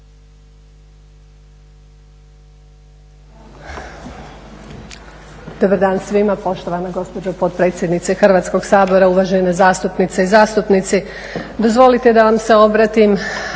Dobar dan svima. Poštovana potpredsjednice Hrvatskog sabora, uvažene zastupnice i zastupnici. Dozvolite da vam se obratim